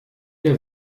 der